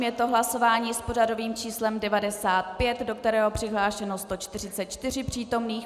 Je to hlasování s pořadovým číslem 95, do kterého je přihlášeno 144 přítomných.